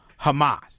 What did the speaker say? Hamas